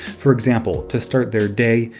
for example, to start their day,